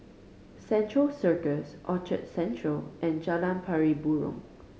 Central Circus Orchard Central and Jalan Pari Burong